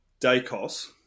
Dacos